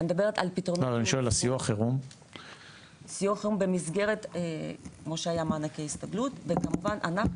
סיוע חירום במסגרת כמו שהיה מענקי הסתגלות וכמובן אנחנו